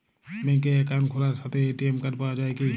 ব্যাঙ্কে অ্যাকাউন্ট খোলার সাথেই এ.টি.এম কার্ড পাওয়া যায় কি?